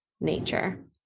nature